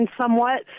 somewhat